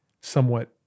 somewhat